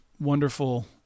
wonderful